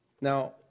Now